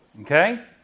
Okay